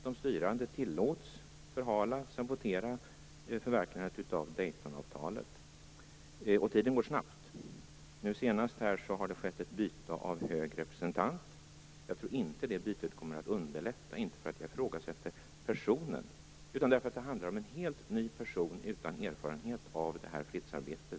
De styrande tillåts förhala och sabotera förverkligandet av Daytonavtalet. Tiden går snabbt. Nu senast har det skett ett byte av hög representant. Jag tror inte att det bytet kommer att underlätta - inte därför att jag ifrågasätter personen, utan därför att det handlar om en helt ny person utan erfarenhet av det här fredsarbetet.